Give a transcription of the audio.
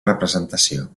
representació